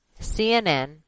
CNN